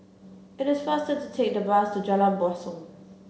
it is faster to take the bus to Jalan Basong